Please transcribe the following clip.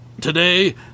Today